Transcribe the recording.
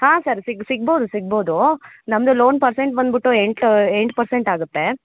ಹಾಂ ಸರ್ ಸಿಗ್ ಸಿಗ್ಬೋದು ಸಿಗ್ಬೋದು ನಮ್ಮದು ಲೋನ್ ಪರ್ಸೆಂಟ್ ಬಂದ್ಬಿಟ್ಟು ಎಂಟು ಎಂಟು ಪರ್ಸೆಂಟ್ ಆಗುತ್ತೆ